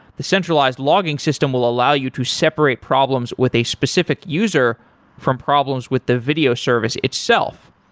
the centralized logging system will allow you to separate problems with a specific user from problems with the video service itself.